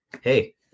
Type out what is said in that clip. hey